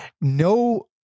no